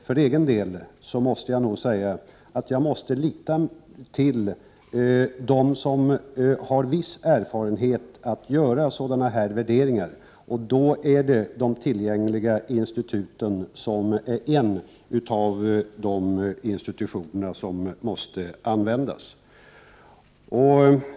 För egen del måste jag nog säga att jag är tvungen att lita till dem som har viss erfarenhet av att göra sådana här värderingar, och de tillgängliga instituten hör då till de institutioner som måste användas.